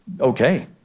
Okay